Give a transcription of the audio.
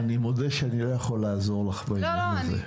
אני מודה שאני לא יכול לעזור לך בעניין הזה.